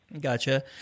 Gotcha